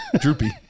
droopy